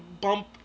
Bump